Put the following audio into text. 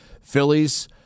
Phillies